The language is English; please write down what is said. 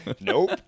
Nope